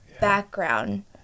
background